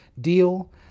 deal